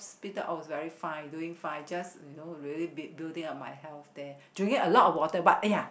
hospital I was very fine doing fine just you know really b~ building up my health there drinking a lot of water but !aiya!